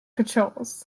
patrols